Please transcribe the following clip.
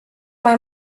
mai